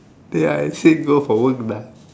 they're sick go for work